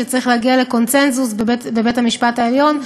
שצריך להגיע לקונסנזוס לגבי בית-המשפט העליון,